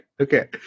okay